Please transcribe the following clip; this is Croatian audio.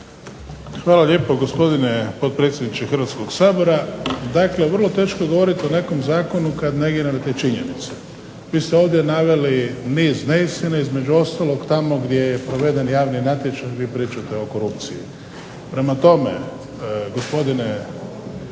Hvala lijepo gospodine potpredsjedniče Hrvatskoga sabora. Dakle, vrlo teško je govoriti o nekom zakonu kada negirate činjenice, vi ste ovdje naveli niz neistine između ostalog tamo gdje je proveden javni natječaj vi pričate o korupcije. Prema tome, kolega